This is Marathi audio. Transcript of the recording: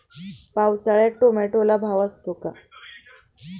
पावसाळ्यात टोमॅटोला भाव असतो का?